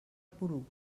poruc